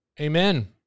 Amen